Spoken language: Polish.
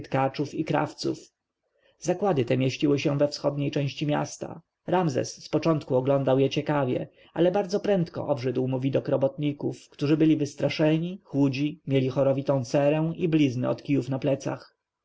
tkaczów i krawców zakłady te mieściły się we wschodniej części miasta ramzes z początku oglądał je ciekawie ale bardzo prędko obrzydł mu widok robotników którzy byli wystraszeni chudzi mieli chorowitą cerę i blizny od kijów na plecach